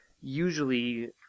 usually